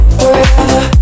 forever